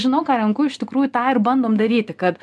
žinau ką renku iš tikrųjų tą ir bandom daryti kad